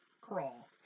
Crawl